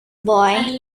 boy